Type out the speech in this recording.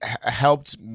helped